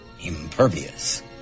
impervious